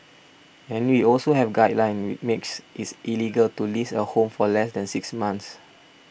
and we also have a guideline which makes it illegal to lease a home for less than six months